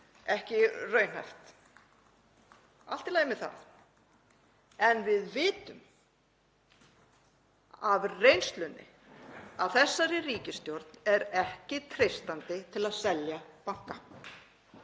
ekki raunhæft. Allt í lagi með það. En við vitum af reynslunni að þessari ríkisstjórn er ekki treystandi til að selja banka.